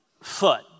foot